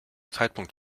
zeitpunkt